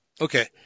okay